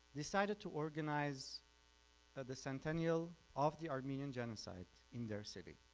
decided to organize the the centennial of the armenian genocide in their city.